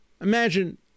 Imagine